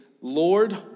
Lord